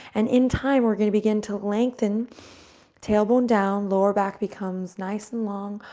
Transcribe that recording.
and in time, we're going to begin to lengthen tailbone down, lower back becomes nice and long,